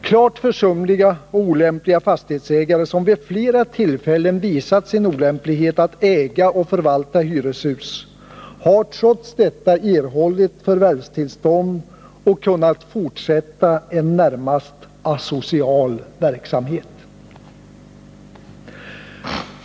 Klart försumliga och olämpliga fastighetsägare, som vid flera tillfällen visat sin olämplighet när det gäller att äga och förvalta hyreshus, har trots detta erhållit förvärvstillstånd och kunnat fortsätta en närmast asocial verksamhet.